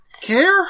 care